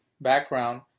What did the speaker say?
background